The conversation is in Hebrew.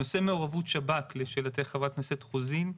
נושא מעורבות שב"כ, לשאלתך, חברת הכנסת רוזין,